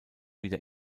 wieder